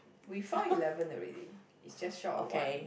we found eleven already it's just short of one